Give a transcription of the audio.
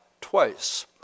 twice